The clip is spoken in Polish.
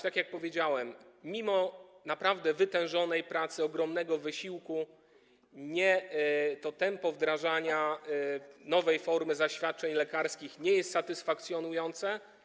Tak jak powiedziałem, mimo naprawdę wytężonej pracy, ogromnego wysiłku, tempo wdrażania nowej formy zaświadczeń lekarskich nie jest satysfakcjonujące.